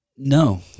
No